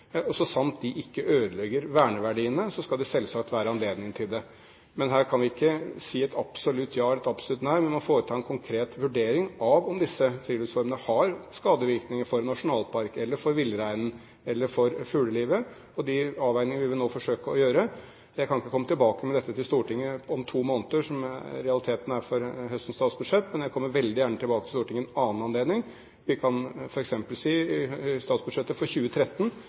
Så sant de ikke ødelegger verneverdiene, skal det selvsagt være anledning til det. Men her kan vi ikke si et absolutt ja eller et absolutt nei, men må foreta en konkret vurdering av om disse friluftsformene har skadevirkninger for nasjonalparker eller for villreinen eller fuglelivet. De avveiningene vil vi nå forsøke å gjøre. Jeg kan ikke komme tilbake med dette til Stortinget om to måneder, som realiteten er for høstens statsbudsjett, men jeg kommer veldig gjerne tilbake til Stortinget ved en annen anledning. Vi kan f.eks. si i statsbudsjettet for 2013,